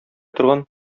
торган